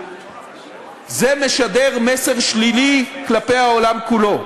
זה משדר מסר שלילי כלפי העולם כולו.